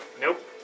Nope